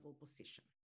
position